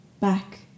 back